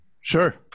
Sure